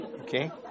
Okay